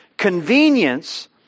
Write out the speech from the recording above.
convenience